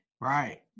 right